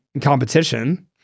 competition